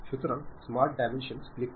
সুতরাং smart dimension click করুন